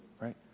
right